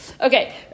Okay